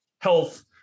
health